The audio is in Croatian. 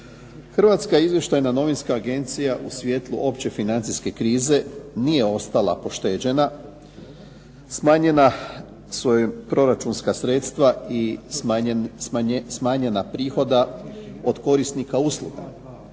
Hrvatska izvještajna novinska agencija u svjetlu opće financijske krize nije ostala pošteđena. Smanjena su joj proračunska sredstva i smanjena prihoda od korisnika usluga.